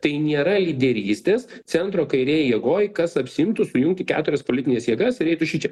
tai nėra lyderystės centro kairėj jėgoj kas apsiimtų sujungti keturias politines jėgas ir eitų šičia